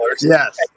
Yes